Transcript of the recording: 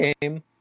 game